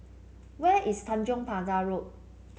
where is Tanjong Pagar Road